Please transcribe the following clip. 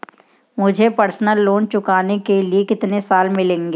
मुझे personal loan चुकाने के लिए कितने साल मिलेंगे?